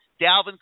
Dalvin